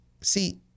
See